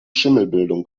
schimmelbildung